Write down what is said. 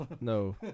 No